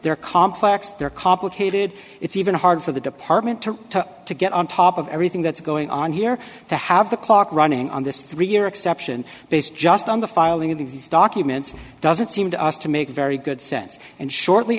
they're complex they're complicated it's even hard for the department to to get on top of everything that's going on here to have the clock running on this three year exception based just on the filing of these documents doesn't seem to us to make very good sense and shortly